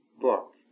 book